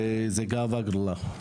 זה גאווה גדולה.